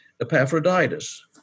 Epaphroditus